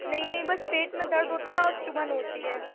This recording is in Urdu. نہیں نہیں بس پیٹ میں درد ہوتا ہے اور چبھن ہوتی ہے